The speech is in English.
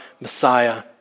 Messiah